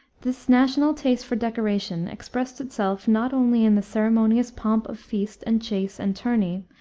this national taste for decoration expressed itself not only in the ceremonious pomp of feast and chase and tourney,